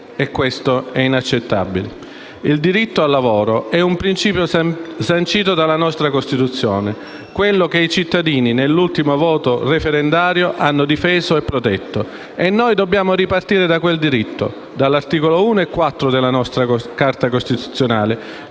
E questo è inaccettabile. Il diritto al lavoro è un principio sancito nella nostra Costituzione, quella che i cittadini, nell'ultimo voto referendario, hanno difeso e protetto e noi dobbiamo ripartire da quel diritto, dagli articoli 1 e 4 della nostra Carta costituzionale,